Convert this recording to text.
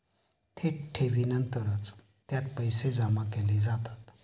थेट ठेवीनंतरच त्यात पैसे जमा केले जातात